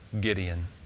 Gideon